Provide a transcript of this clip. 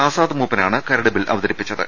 ആസാദ് മൂപ്പനാണ് കരട് ബിൽ അവതരിപ്പിച്ചത്